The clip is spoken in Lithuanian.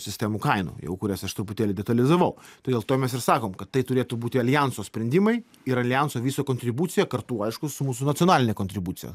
sistemų kainų jau kurias aš truputėlį detalizavau tai dėl to mes ir sakom kad tai turėtų būti aljanso sprendimai ir aljanso viso kontribucija kartu aišku su mūsų nacionaline kontribucija